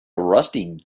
rusty